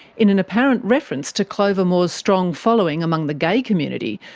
in an apparent reference to clover moore's strong following among the gay community,